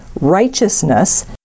righteousness